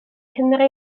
cymry